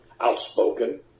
outspoken